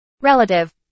Relative